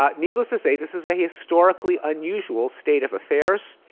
ah needless to say this is a historically unusual state of affairs.